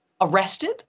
arrested